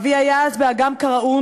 אבי היה אז באגם קרעון,